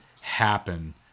happen